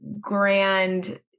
grand